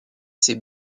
ses